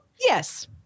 yes